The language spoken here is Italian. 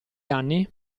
anni